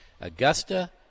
Augusta –